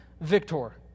victor